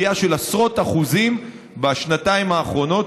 עלייה של עשרות אחוזים בשנתיים האחרונות,